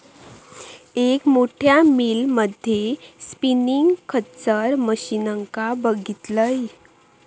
एक मोठ्या मिल मध्ये स्पिनींग खच्चर मशीनका बघितलंय